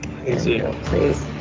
please